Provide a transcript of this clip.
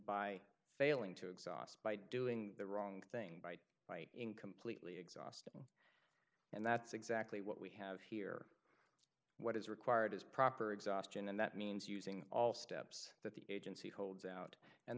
by failing to exhaust by doing the wrong thing by writing completely exhaust and that's exactly what we have here what is required is proper exhaustion and that means using all steps that the agency holds out and